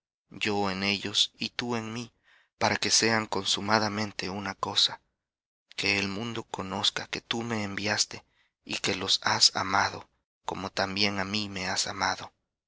yo en ellos y tú en mí para que sean consumadamente una cosa que el mundo conozca que tú me enviaste y que los has amado como también á mí me has amado